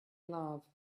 love